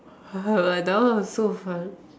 ah that one was so fun